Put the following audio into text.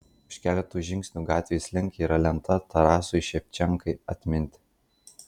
už keleto žingsnių gatvės link yra lenta tarasui ševčenkai atminti